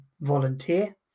volunteer